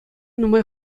нумай